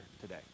today